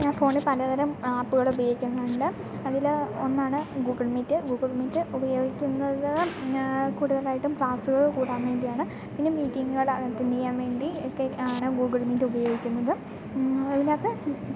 ഞാൻ ഫോണിൽ പലതരം ആപ്പുകൾ ഉപയോഗിക്കുന്നുണ്ട് അതിൽ ഒന്നാണ് ഗൂഗിൾ മീറ്റ് ഗൂഗിൾ മീറ്റ് ഉപയോഗിക്കുന്നത് കൂടുതലായിട്ടും ക്ലാസ്സുകൾ കൂടാൻ വേണ്ടിയാണ് പിന്നെ മീറ്റിങ്ങുകൾ അറ്റൻഡ് ചെയ്യാൻ വേണ്ടി ഒക്കെ ആണ് ഗൂഗിൾ മീറ്റ് ഉപയോഗിക്കുന്നത് അതിനകത്ത്